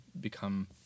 become